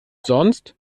sonst